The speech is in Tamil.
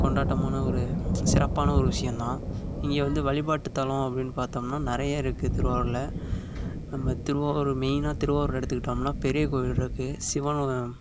கொண்டாட்டமான ஒரு சிறப்பான ஒரு விஷயம் தான் இங்கே வந்து வழிபாட்டு தளம் அப்படின்னு பார்த்தோம்னா நிறையா இருக்குது திருவாரூரில் நம்ம திருவாரூர் மெயினாக திருவாரூர் எடுத்துகிட்டோம்னா பெரிய கோவில் இருக்குது சிவன்